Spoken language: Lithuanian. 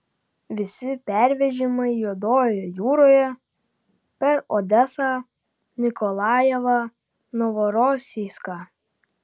visi pervežimai juodojoje jūroje per odesą nikolajevą novorosijską